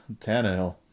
Tannehill